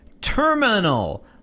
terminal